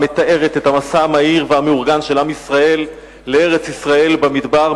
המתארת את המסע המהיר והמאורגן של עם ישראל לארץ-ישראל במדבר,